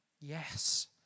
Yes